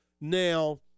Now